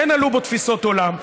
כן עלו בו תפיסות עולם.